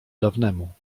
dawnemu